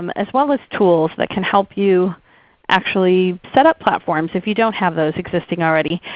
um as well as tools that can help you actually set up platforms if you don't have those existing already.